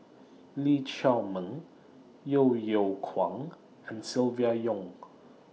Lee Chiaw Meng Yeo Yeow Kwang and Silvia Yong